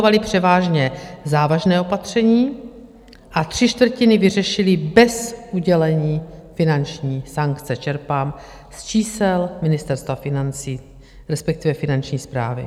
Orgány pokutovaly převážně závažná opatření a tři čtvrtiny vyřešily bez udělení finanční sankce čerpám z čísel Ministerstva financí, respektive Finanční správy.